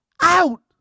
out